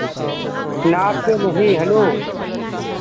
नाप के नहीं हैलो